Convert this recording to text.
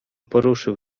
poruszył